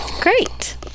Great